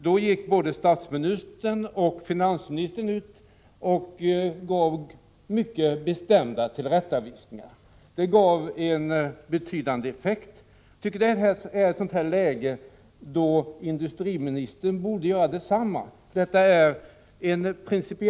Då gick både statsministern och finansministern ut och gav mycket bestämda tillrättavisningar, och det fick en betydande effekt. Jag tycker att vi i detta fall har en situation där industriministern borde göra detsamma. Detta är en principiell fråga, och om ett sådant här förfaringssätt — Prot.